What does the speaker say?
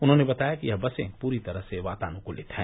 उन्होंने बताया कि यह बसे पूरी तरह वातानुकूलित हैं